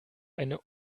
eine